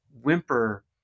whimper